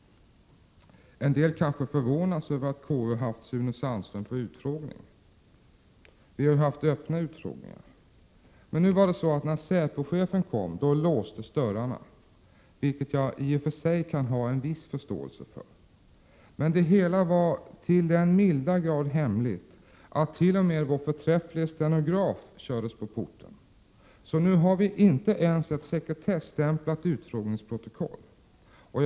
En del kanske förvånas över att KU haft Sune Sandström på utfrågning. Vi har ju haft öppna utfrågningar. Men när säpochefen kom låstes dörrarna, vilket jag i och för sig kan ha en viss förståelse för. Men det hela var till den milda grad hemligt att t.o.m. vår förträfflige stenograf kördes på porten. Så nu har vi inte ens ett sekretesstämplat utfrågningsprotokoll.